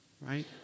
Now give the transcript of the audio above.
right